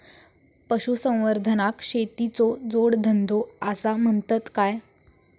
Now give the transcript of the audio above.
पशुसंवर्धनाक शेतीचो जोडधंदो आसा म्हणतत काय?